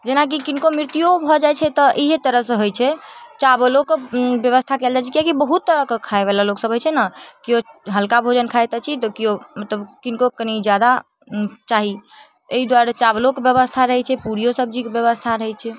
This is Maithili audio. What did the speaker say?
जेनाकि किनको मृत्युओ भऽ जाइ छै तऽ इएहे तरहसँ होइ छै चावलोके व्यवस्था कयल जाइ छै किएक कि बहुत तरहके खाइवला लोक सब रहय छै ने केओ हल्का भोजन खाइत अछि तऽ केओ मतलब किनको कनी जादा चाही अइ दुआरे चावलोके व्यवस्था रहय छै पूड़ियो सब्जीके व्यवस्था रहय छै